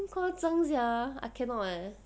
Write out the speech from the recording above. damn 夸张 sia I cannot eh